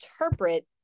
interpret